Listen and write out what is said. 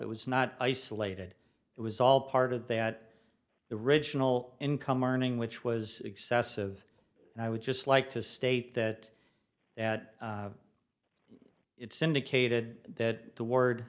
it was not isolated it was all part of that the original income earning which was excessive and i would just like to state that that it's indicated that the word